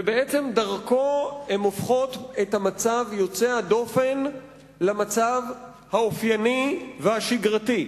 ובעצם דרכו הן הופכות את המצב היוצא דופן למצב האופייני והשגרתי,